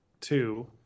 two